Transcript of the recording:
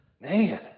Man